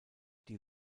die